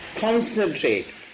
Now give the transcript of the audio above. Concentrate